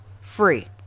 free